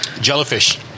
jellyfish